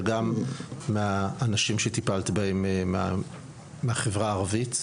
וגם מהאנשים שטיפלת בהם מהחברה הערבית.